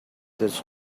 his